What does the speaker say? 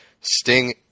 Sting